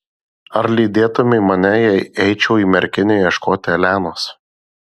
ar lydėtumei mane jei eičiau į merkinę ieškoti elenos